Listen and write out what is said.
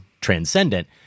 transcendent